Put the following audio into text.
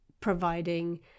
providing